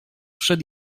przed